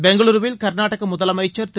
பெங்களூருவில் கா்நாடக முதலமைக்கா் திரு